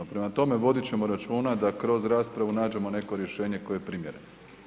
Prema tome, vodit ćemo računa da kroz raspravu nađemo neko rješenje koje je primjereno.